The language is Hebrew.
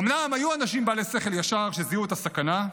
אומנם היו אנשים בעלי שכל ישר שזיהו את הסכנה,